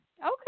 Okay